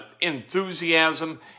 enthusiasm